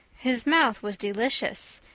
his mouth was delicious,